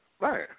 Right